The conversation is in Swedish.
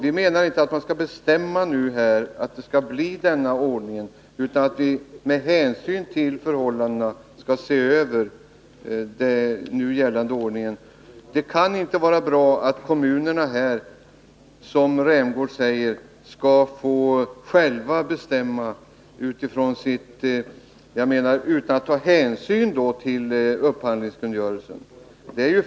Vi menar inte att riksdagen nu skall bestämma om den här ordningen, men vi vill att den nu gällande ordningen skall ses över. Det kan inte vara bra att kommunerna, som Rolf Rämgård säger, själva skall få bestämma, utan att ta hänsyn till upphandlingskungörelsen.